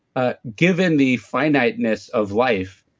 ah given the finiteness of life,